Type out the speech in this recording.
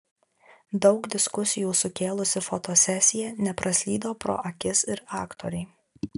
daug diskusijų sukėlusi fotosesija nepraslydo pro akis ir aktorei